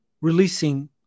releasing